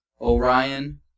Orion